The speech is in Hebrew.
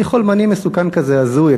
אני חולמני מסוכן כזה, הזוי.